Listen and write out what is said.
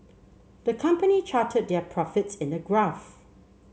the company charted their profits in a graph